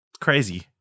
Crazy